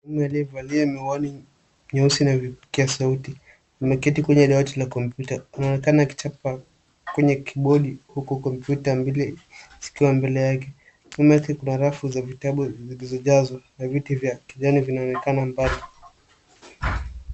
Mwanaume aliyevali miwani meusi na vipokea sauti ameketi kwenye dawati la kompyuta. Anaonekana akichapa kwenye kibodi, huku kompyuta mbili zikiwa mbele yake. Kando yake kuna rafu za vitabu zilizojazwa na viti vya kijani vinaonekana mbali.